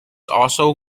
also